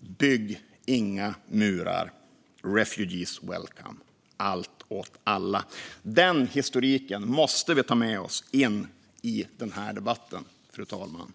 Bygg inga murar! Refugees welcome! Allt åt alla! Den historiken måste vi ha med oss in i den här debatten, fru talman.